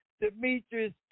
Demetrius